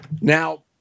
Now